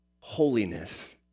holiness